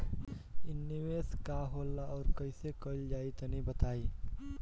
इ निवेस का होला अउर कइसे कइल जाई तनि बताईं?